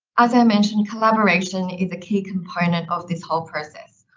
as i mentioned, collaboration is a key component of this whole process.